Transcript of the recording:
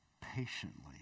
patiently